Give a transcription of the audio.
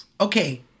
Okay